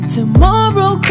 Tomorrow